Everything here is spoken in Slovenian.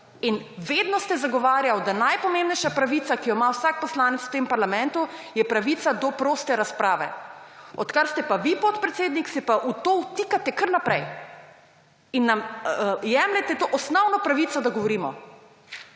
in vedno ste zagovarjal, da najpomembnejša pravica, ki jo ima vsak poslanec v tem parlamentu, je pravica do proste razprave. Od kar te pa vi podpredsednik se pa v to vtikate kar naprej in nam jemljete to osnovno pravico, da govorimo.